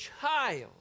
child